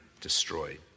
destroyed